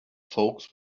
folks